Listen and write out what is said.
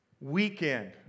weekend